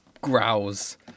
growls